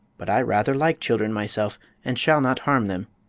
but i rather like children myself and shall not harm them.